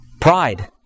Pride